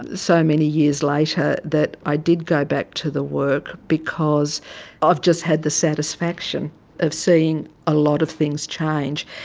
so many years later, that i did go back to the work because i've just had the satisfaction of seeing a lot of things change,